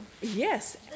Yes